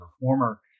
former